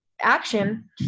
action